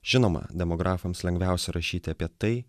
žinoma demografams lengviausia rašyti apie tai